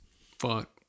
Fuck